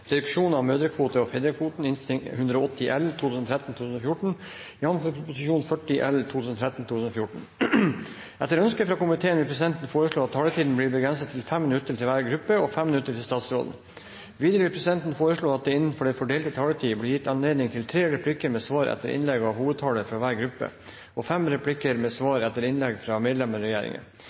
avhengig av for å få redusert klimagassutslippene. Sakene nr. 5 og 6 er dermed ferdigbehandlet. Etter ønske fra energi- og miljøkomiteen vil presidenten foreslå at taletiden blir begrenset til 5 minutter til hver gruppe og 5 minutter til statsråden. Videre vil presidenten foreslå at det blir gitt anledning til tre replikker med svar etter innlegg av hovedtalerne fra hver gruppe og fem replikker med svar etter innlegg fra medlemmer